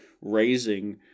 raising